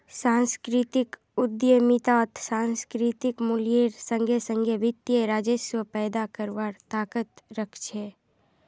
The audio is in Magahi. सांस्कृतिक उद्यमितात सांस्कृतिक मूल्येर संगे संगे वित्तीय राजस्व पैदा करवार ताकत रख छे